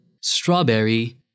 strawberry